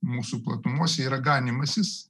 mūsų platumose yra ganymasis